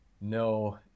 no